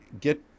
get